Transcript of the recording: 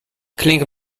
klingt